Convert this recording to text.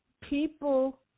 people